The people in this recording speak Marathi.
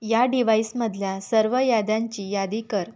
या डिव्हाईसमधल्या सर्व याद्यांची यादी कर